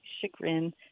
chagrin